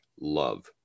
love